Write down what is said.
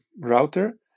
router